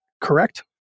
correct